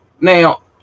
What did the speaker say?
Now